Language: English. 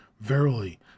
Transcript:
Verily